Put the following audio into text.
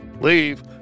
Leave